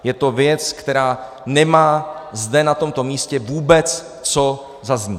Je to věc, která nemá zde, na tomto místě, vůbec co zaznít.